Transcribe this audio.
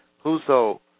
whoso